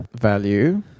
value